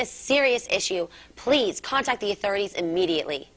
this serious issue please contact the authorities immediately